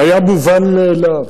שהיה מובן מאליו.